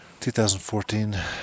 2014